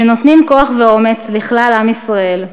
שנותנים כוח ואומץ לכלל עם ישראל,